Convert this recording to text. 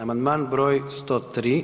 Amandman br. 103.